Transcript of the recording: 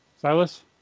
Silas